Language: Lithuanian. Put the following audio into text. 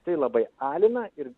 tai labai alina ir